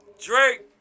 Drake